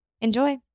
Enjoy